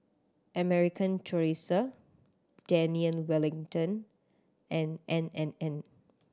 American Tourister Daniel Wellington and N and N